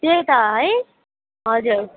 त्यही त है हजुर